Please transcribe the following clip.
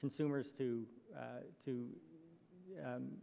consumers to to to